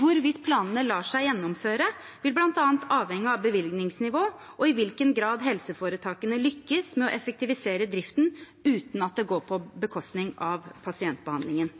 Hvorvidt planene lar seg gjennomføre, vil bl.a. avhenge av bevilgningsnivå og i hvilken grad helseforetakene lykkes med å effektivisere driften uten at det går på bekostning av pasientbehandlingen.